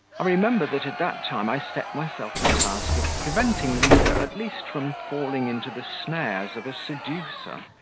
i remember that at that time i set myself the task of preventing liza at least from falling into the snares of a seducer,